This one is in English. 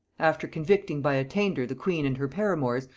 after convicting by attainder the queen and her paramours,